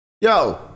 Yo